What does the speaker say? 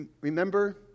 remember